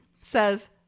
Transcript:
says